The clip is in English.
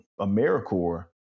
AmeriCorps